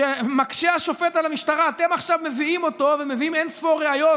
מקשה השופט על המשטרה: אתם עכשיו מביאים אותו ומביאים אין-ספור ראיות,